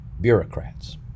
bureaucrats